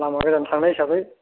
लामा गोजान थांनाय हिसाबै